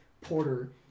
Porter